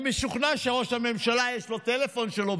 אני משוכנע שלראש הממשלה יש טלפון שלו,